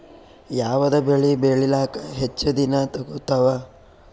ಯಾವದ ಬೆಳಿ ಬೇಳಿಲಾಕ ಹೆಚ್ಚ ದಿನಾ ತೋಗತ್ತಾವ?